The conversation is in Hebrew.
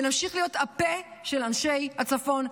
ונמשיך להיות הפה של אנשי הצפון.